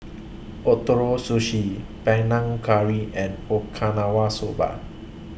Ootoro Sushi Panang Curry and Okinawa Soba